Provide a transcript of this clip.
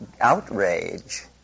outrage